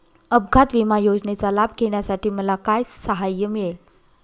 अपघात विमा योजनेचा लाभ घेण्यासाठी मला काय सहाय्य मिळेल?